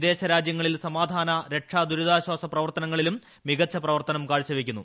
വിദേശ രാജ്യങ്ങളിൽ സമാധാന രക്ഷാദുരിതാശ്വാസ പ്രവർത്തനങ്ങളിലും മികച്ച സേവനം കാഴ്ചവെക്കുന്നു